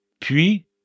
Puis